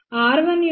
R1 యొక్క విలువ 8